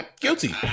Guilty